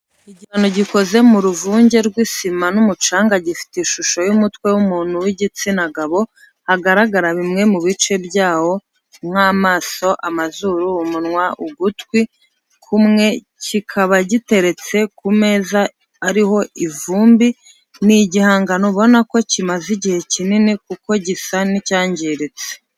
Igihangano gikoze mu ruvange rw'isima n'umucanga gifite ishusho y'umutwe w'umuntu w'igitsina gabo hagaragara bimwe mu bice byawo nk'amaso amazuru, umunwa ugutwi kumwe kikaba giteretse ku meza ariho ivumbi ni igihangano ubona ko kimaze igihe kinini kuko gisa n'icyangiritse.